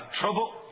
trouble